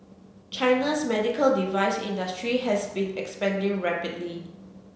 China's medical device industry has been expanding rapidly